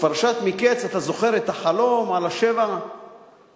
ובפרשת מקץ, אתה זוכר את החלום על שבע הפרות